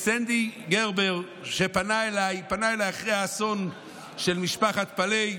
סנדי גרבר פנה אליי אחרי האסון של משפחת פאלי ואמר: